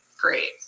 great